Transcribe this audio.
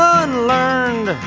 unlearned